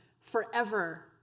forever